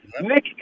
Nick